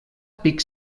pic